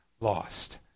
lost